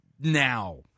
now